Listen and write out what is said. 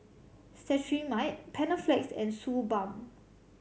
Cetrimide Panaflex and Suu Balm